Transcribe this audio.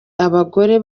abagore